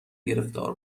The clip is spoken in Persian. گرفتار